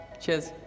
Cheers